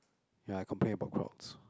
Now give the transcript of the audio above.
ya I complain about crowds